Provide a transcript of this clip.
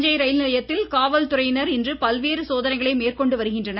Thanjai rail நிலையத்தில் காவல்துறையினர் இன்று பல்வேறு சோதனைகளை மேற்கொண்டு வருகின்றனர்